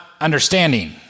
understanding